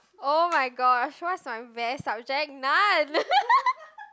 oh-my-gosh what's my best subject none